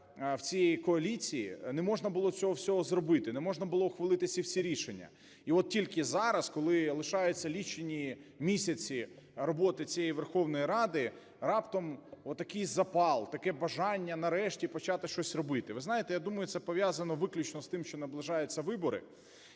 в цієї коаліції, не можна було цього всього зробити, не можна було ухвалити ці всі рішення. І от тільки зараз, коли лишаються лічені місяці роботи цієї Верховної Ради, раптом отакий запал, таке бажання, нарешті, почати щось робити. Ви знаєте, я думаю, що це пов'язано виключно з тим, що наближаються вибори,